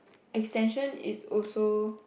extension is also